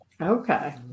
Okay